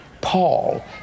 Paul